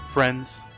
friends